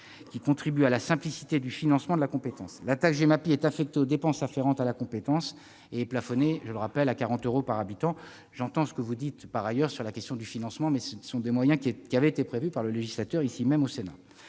qui contribue à la simplicité du financement de la compétence. La taxe Gemapi est affectée aux dépenses afférentes à la compétence et est plafonnée à 40 euros par habitant. J'entends ce que vous dites par ailleurs sur la question du financement, mais ce sont des moyens qui avaient été prévus par le législateur au Sénat.